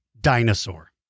dinosaur